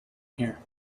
here